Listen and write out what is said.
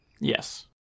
Yes